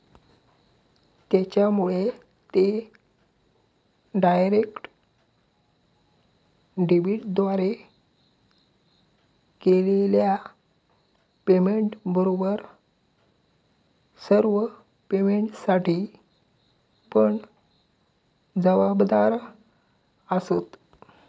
त्येच्यामुळे ते डायरेक्ट डेबिटद्वारे केलेल्या पेमेंटबरोबर सर्व पेमेंटसाठी पण जबाबदार आसंत